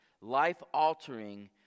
life-altering